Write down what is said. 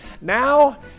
Now